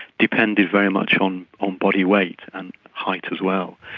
depended very much on um body weight and height as well.